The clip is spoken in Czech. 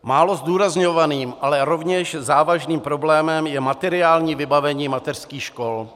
Málo zdůrazňovaným, ale rovněž závažným problémem je materiální vybavení mateřských škol.